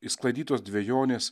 išsklaidytos dvejonės